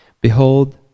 Behold